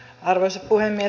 arvoisa puhemies